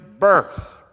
birth